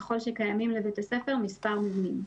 ככל שקיימים לבית הספר מספר מבנים.